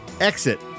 exit